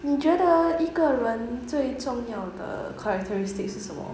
你觉得一个人最重要的 characteristics 是什么